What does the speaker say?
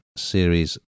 Series